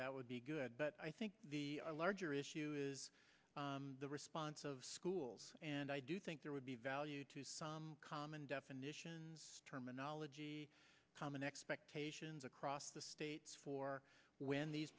that would be good but i think the larger issue is the response of schools and i do think there would be value to some common definitions terminology common expectations across the states for when these